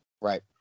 Right